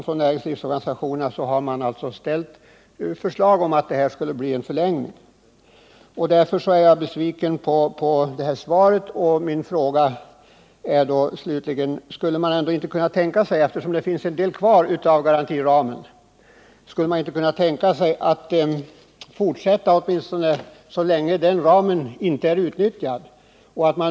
Från näringslivsorganisationerna har man ställt förslag om att det skulle bli en förlängning. Därför är jag besviken på svaret, och min fråga blir: Eftersom det finns en del kvar av garantiramen, skulle man inte kunna tänka sig att fortsätta ytterligare ett år eller åtminstone så länge garantiramen inte är utnyttjad?